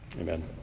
Amen